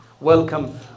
Welcome